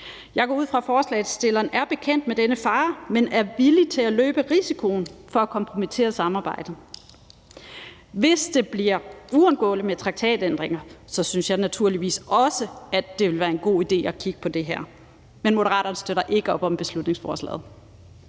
Jeg går ud fra, at forslagsstillerne er bekendt med denne fare, men er villige til at løbe risikoen for at kompromittere samarbejdet. Hvis det bliver uundgåeligt med traktatændringer, synes jeg naturligvis også, at det ville være en god idé at kigge på det her, men Moderaterne støtter ikke op om beslutningsforslaget.